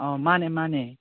ꯑꯧ ꯃꯥꯟꯅꯦ ꯃꯥꯟꯅꯦ